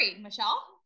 Michelle